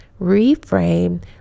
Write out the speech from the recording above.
reframe